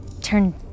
turn